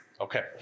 okay